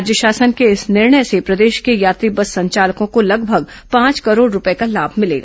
राज्य शासन के इस निर्णय से प्रदेश के यात्री बस संचालकों को लगभग पांच करोड़ रूपए का लाभ मिलेगा